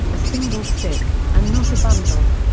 a single stick and not a bundle.